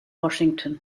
washington